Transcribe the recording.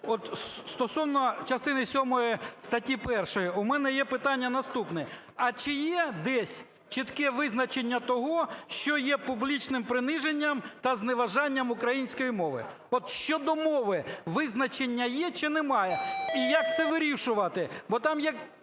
от стосовно частини сьомої статті 1. У мене є питання наступне. А чи є десь чітке визначення того, що є публічним приниженням та зневажанням української мови? От щодо мови визначення є чи немає, і як це вирішувати?